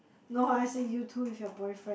no as in actually you two with your boyfriend